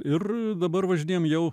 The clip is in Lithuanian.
ir dabar važinėjam jau